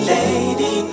Lady